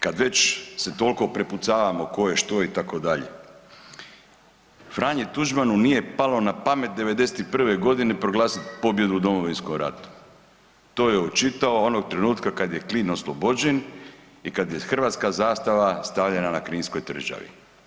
Kad već se toliko prepucavamo tko je i što je, itd., Franji Tuđmanu nije palo na pamet '91. g. proglasiti pobjedu u Domovinskom ratu, to je očitao onog trenutka kad je Knin oslobođen i kad je hrvatska zastava stavljena na Kninskoj tvrđavi.